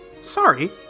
sorry